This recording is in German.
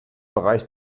bereich